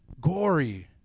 gory